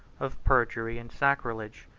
of perjury and sacrilege,